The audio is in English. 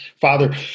father